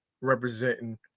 representing